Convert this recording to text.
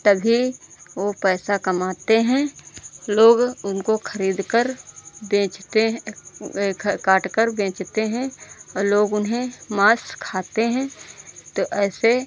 तभी वह पैसा कमाते हैं लोग उनको खरीदकर बेचते हैं ख काटकर बेचते हैं औ लोग उन्हें माँस खाते हैं तो ऐसे